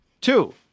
Two